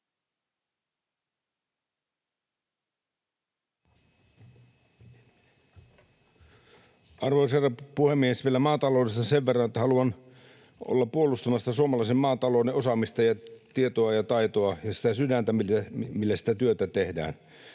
Arvoisa herra puhemies! Vielä maataloudesta sen verran, että haluan olla puolustamassa suomalaisen maatalouden osaamista ja tietoa ja taitoa ja sitä sydäntä, millä sitä työtä tehdään.